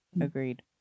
agreed